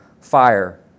fire